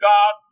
God